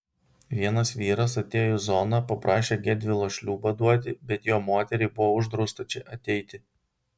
vienas vyras atėjo į zoną paprašė gedvilo šliūbą duoti bet jo moteriai buvo uždrausta čia ateiti